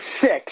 six